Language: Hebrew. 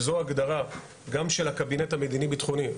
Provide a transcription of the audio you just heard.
וזו ההגדרה גם של הקבינט המדיני בטחוני,